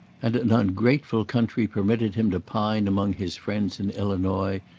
and an ungrateful country permitted him to pine among his friends in illinois,